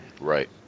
Right